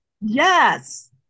Yes